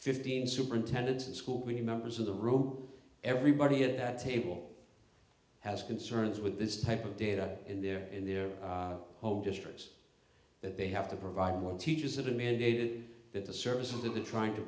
fifteen superintendents in school with the members of the room everybody at that table has concerns with this type of data in their in their home districts that they have to provide more teachers that are mandated that the services that the trying to